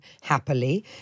happily